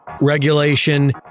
regulation